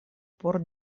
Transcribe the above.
por